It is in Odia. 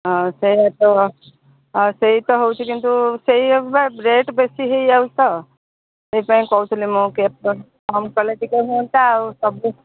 ହଉ ସେୟା ତ ହଉ ସେଇ ତ ହେଉଛି କିନ୍ତୁ ସେଇଆକୁ ବା ରେଟ୍ ବେଶୀ ହୋଇଯାଉଛି ତ ସେଇଥିପାଇଁ କହୁଥିଲି ମୁଁ କି ଆଉ କମ୍ କଲେ ଟିକେ ହୁଅନ୍ତା ଆଉ ସବୁ